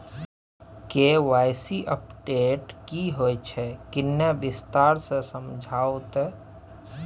KYC update की होय छै किन्ने विस्तार से समझाऊ ते?